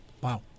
Wow